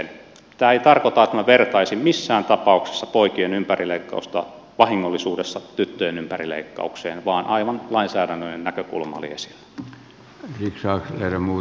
tämä ei tarkoita että minä vertaisin missään tapauksessa poikien ympärileikkausta vahingollisuudessa tyttöjen ympärileikkaukseen vaan aivan lainsäädännöllinen näkökulma oli esillä